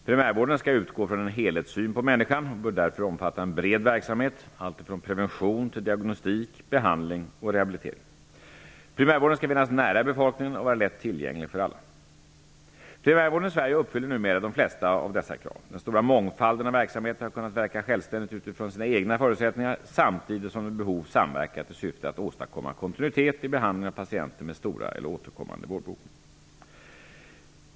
Primärvården skall utgå från en helhetssyn på människan och bör därför omfatta en bred verksamhet, alltifrån prevention till diagnostik, behandling och rehabilitering. Primärvården skall finnas nära befolkningen och vara lätt tillgänglig för alla. Primärvården i Sverige uppfyller numera de flesta av dessa krav. Den stora mångfalden av verksamheter har kunnat verka självständigt utifrån sina egna förutsättningar samtidigt som de vid behov samverkat i syfte att åstadkomma kontinuitet i behandlingen av patienter med stora eller återkommande vårdbehov.